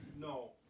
No